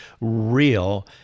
real